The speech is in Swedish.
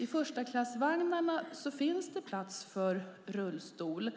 I förstaklassvagnarna finns det plats för rullstol